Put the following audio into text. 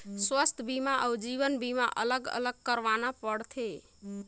स्वास्थ बीमा अउ जीवन बीमा अलग अलग करवाना पड़थे?